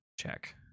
check